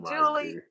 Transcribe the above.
Julie